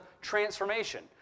transformation